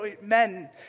men